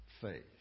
faith